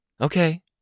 Okay